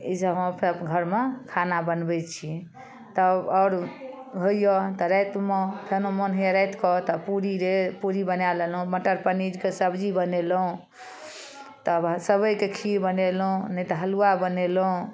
ईसब हम अपन घरमे खाना बनबै छी तब आओर होइए तऽ रातिमे फेनो मोन होइए रातिमे तऽ पूरी रे पूरी बना लेलहुँ मटर पनीरके सब्जी बनेलहुँ तब सेबइके खीर बनेलहुँ नहि तऽ हलुआ बनेलहुँ